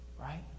Right